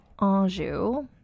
Anjou